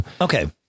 Okay